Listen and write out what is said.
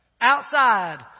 outside